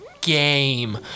game